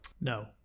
no